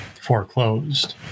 foreclosed